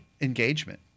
engagement